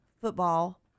football